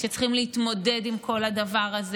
שצריכים להתמודד עם כל הדבר הזה.